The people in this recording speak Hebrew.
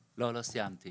לא, לא סיימתי.